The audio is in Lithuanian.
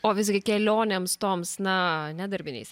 o visgi kelionėms toms na ne darbiniais